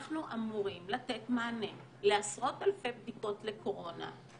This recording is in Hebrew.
אנחנו אמורים לתת מענה לעשרות אלפי בדיקות לקורונה,